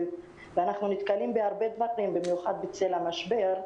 אנחנו נתקלים בהרבה דברים, במיוחד בצל המשבר,